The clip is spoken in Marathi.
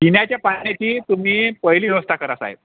पिण्याच्या पाण्याची तुम्ही पहिली व्यवस्था करा साहेब